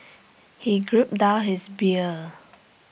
he grouped down his beer